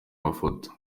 mafoto